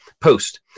post